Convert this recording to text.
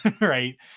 Right